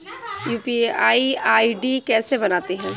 UPI ID कैसे बनाते हैं?